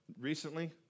recently